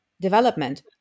development